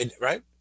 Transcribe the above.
right